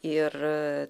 ir a